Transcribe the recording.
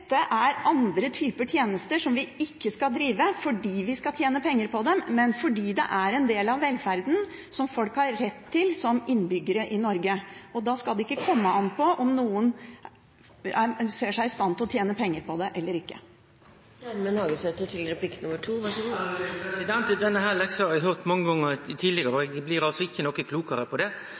er andre typer tjenester som vi ikke skal drive fordi vi skal tjene penger på dem, men fordi det er en del av velferden som folk har rett til som innbyggere i Norge. Da skal det ikke komme an på om noen ser seg i stand til å tjene penger på det eller ikke. Denne leksa har eg høyrt mange gonger tidlegare, og eg blir ikkje noko klokare av det.